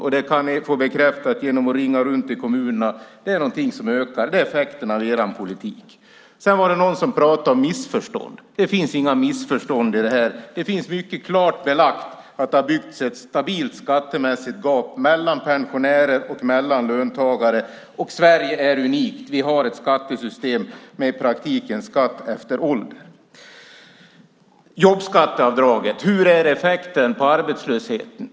Genom att ringa runt till kommunerna kan ni få bekräftat att det är något som ökar. Det är effekten av er politik. Någon pratade om missförstånd. Det finns inga missförstånd i detta. Det finns mycket klart belagt att det har byggts ett stabilt skattemässigt gap mellan pensionärer och löntagare. Sverige är unikt. Vi har ett skattesystem med, i praktiken, skatt efter ålder. Vilken effekt har jobbskatteavdraget på arbetslösheten?